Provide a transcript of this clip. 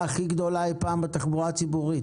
הכי גדולה אי פעם בתחבורה הציבורית.